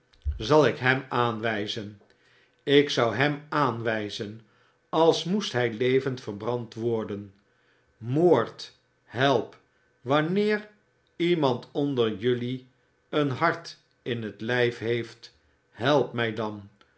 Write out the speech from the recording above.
zal ik hem aanwijzen ik zou hem aanwijzen als moest hij levend verbrand worden moord help wanneer iemand onder jelui een hart in het lijf heeft help mij dan